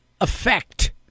effect